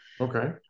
okay